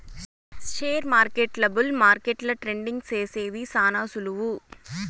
షేర్మార్కెట్ల బుల్ మార్కెట్ల ట్రేడింగ్ సేసేది శాన సులువు